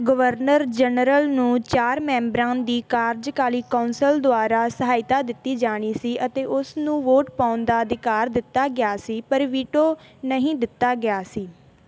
governor general ਨੂੰ ਚਾਰ ਮੈਂਬਰਾਂ ਦੀ ਕਾਰਜਕਾਰੀ ਕੌਂਸਲ ਦੁਆਰਾ ਸਹਾਇਤਾ ਦਿੱਤੀ ਜਾਣੀ ਸੀ ਅਤੇ ਉਸ ਨੂੰ ਵੋਟ ਪਾਉਣ ਦਾ ਅਧਿਕਾਰ ਦਿੱਤਾ ਗਿਆ ਸੀ ਪਰ ਵੀਟੋ ਨਹੀਂ ਦਿੱਤਾ ਗਿਆ ਸੀ